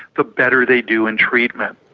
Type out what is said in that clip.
the better they do in treatment.